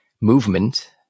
movement